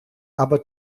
aber